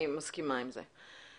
אני מסכימה עם זה.